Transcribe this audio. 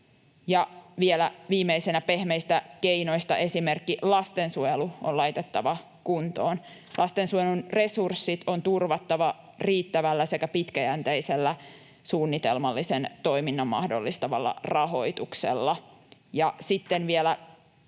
vielä viimeisenä pehmeistä keinoista esimerkki: lastensuojelu on laitettava kuntoon. Lastensuojelun resurssit on turvattava riittävällä sekä pitkäjänteisellä suunnitelmallisen toiminnan mahdollistavalla rahoituksella. Ja sitten näköjään